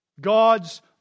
God's